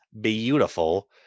beautiful